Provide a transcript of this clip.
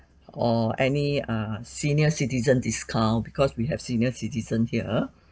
or any err senior citizen discount because we have senior citizen here